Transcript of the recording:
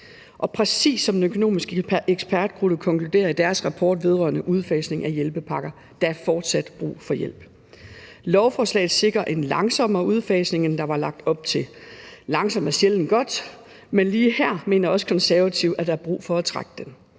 præcis som den økonomiske ekspertgruppe konkluderer i deres rapport vedrørende udfasning af hjælpepakker, så er der fortsat brug for hjælp. Lovforslaget sikrer en langsommere udfasning, end der var lagt op til. Langsomt er sjældent godt, men lige her mener vi Konservative, at der er brug for at trække den,